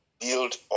build